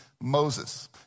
Moses